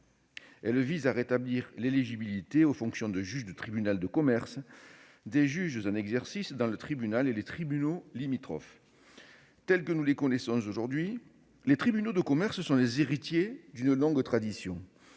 Elle vise à rétablir l'éligibilité aux fonctions de juge de tribunal de commerce des juges en exercice dans le tribunal et les tribunaux limitrophes. Tels que nous les connaissons aujourd'hui, les tribunaux de commerce sont les héritiers d'une longue tradition.